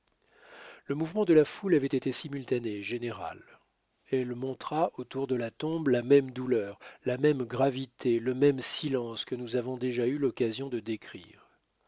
le mouvement de la foule avait été simultané et général elle montra autour de la tombe la même douleur la même gravité le même silence que nous avons déjà eu l'occasion de décrire